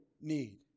need